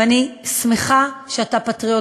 ואני שמחה שאתה פטריוט.